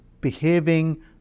behaving